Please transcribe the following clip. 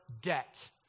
debt